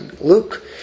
Luke